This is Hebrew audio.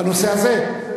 בנושא הזה?